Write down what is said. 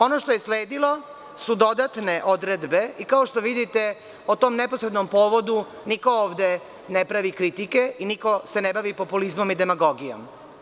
Ono što je sledilo su dodatne odredbe i kao što vidite, o tom neposrednom povodu niko ovde ne pravi kritike i niko se ne bavi populizmom i demagogijom.